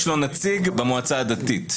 יש לו נציג במועצה הדתית.